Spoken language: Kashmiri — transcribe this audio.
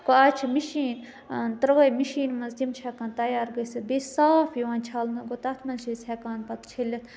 گوٚو اَز چھِ مِشیٖن ترٛٲے مِشیٖن منٛز تِم چھِ ہٮ۪کان تَیار گٔژھِتھ بیٚیہِ صاف یِوان چھَلنہٕ گوٚو تَتھ منٛز چھِ أسۍ ہیٚکان پَتہٕ چھٔلِتھ